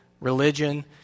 religion